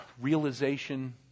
Realization